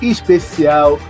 Especial